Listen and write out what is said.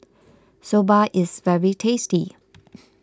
Soba is very tasty